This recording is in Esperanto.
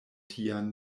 tian